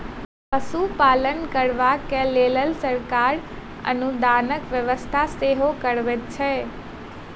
पशुपालन करबाक लेल सरकार अनुदानक व्यवस्था सेहो करबैत छै